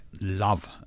love